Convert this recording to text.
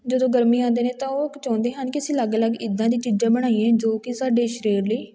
ਜਦੋਂ ਗਰਮੀਆਂ ਆਉਂਦੀਆਂ ਨੇ ਤਾਂ ਉਹ ਚਾਹੁੰਦੇ ਹਨ ਕਿ ਅਸੀਂ ਅਲੱਗ ਅਲੱਗ ਇੱਦਾਂ ਦੀਆਂ ਚੀਜ਼ਾਂ ਬਣਾਈਏ ਜੋ ਕਿ ਸਾਡੇ ਸਰੀਰ ਲਈ